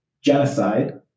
genocide